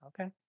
okay